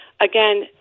again